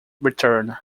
return